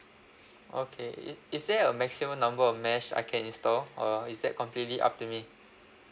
okay i~ is there a maximum number of mesh I can install or is that completely up to me